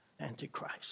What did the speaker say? Antichrist